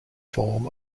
form